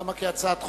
למה כהצעת חוק?